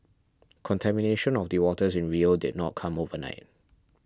contamination of the waters in Rio did not come overnight